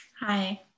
Hi